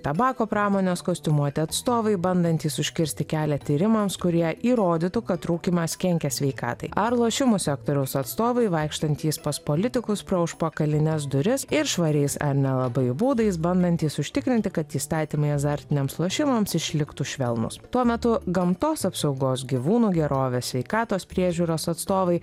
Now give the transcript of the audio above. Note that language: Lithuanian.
tabako pramonės kostiumuoti atstovai bandantys užkirsti kelią tyrimams kurie įrodytų kad rūkymas kenkia sveikatai ar lošimų sektoriaus atstovai vaikštantys pas politikus pro užpakalines duris ir švariais ar nelabai būdais bandantys užtikrinti kad įstatymai azartiniams lošimams išliktų švelnūs tuo metu gamtos apsaugos gyvūnų gerovės sveikatos priežiūros atstovai